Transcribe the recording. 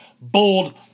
bold